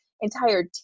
entire